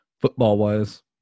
Football-wise